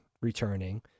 returning